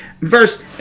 Verse